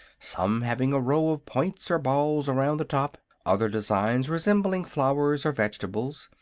some having a row of points or balls around the top, other designs resembling flowers or vegetables,